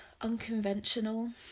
unconventional